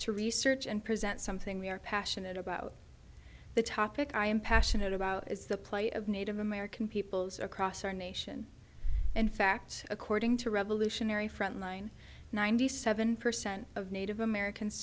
to research and present something we are passionate about the topic i am passionate about is the plight of native american peoples across our nation in fact according to revolutionary front line ninety seven percent of native americans